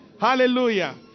hallelujah